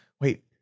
Wait